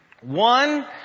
One